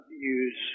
use